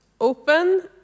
open